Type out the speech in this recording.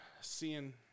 seeing